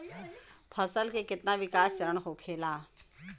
फसल के कितना विकास चरण होखेला?